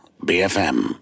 BFM